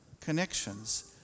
connections